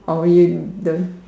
oh you don't